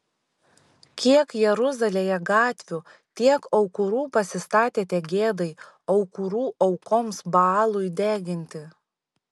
kiek jeruzalėje gatvių tiek aukurų pasistatėte gėdai aukurų aukoms baalui deginti